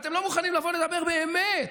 ואתם לא מוכנים לבוא ולדבר באמת,